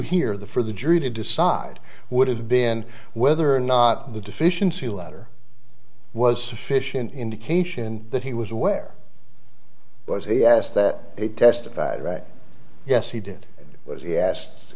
here the for the jury to decide would have been whether or not the deficiency letter was sufficient indication that he was aware was he asked that he testified right yes he did was he asked